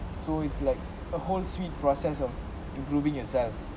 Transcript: so it's like a whole sweet process of improving yourself